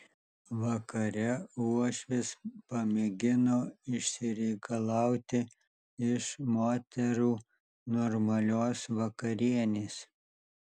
vakare uošvis pamėgino išsireikalauti iš moterų normalios vakarienės